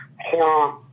horror